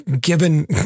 given